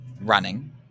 running